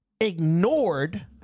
ignored